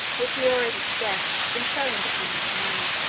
which he already possessed, in so independent a manner,